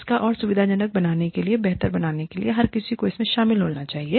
इसको और सुविधाजनक बनाने के लिए और बेहतर बनाने के लिए हर किसी को इसमें शामिल होना होगा